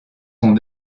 sont